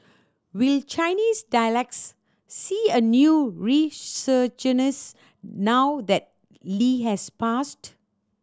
will Chinese dialects see a new resurgence now that Lee has passed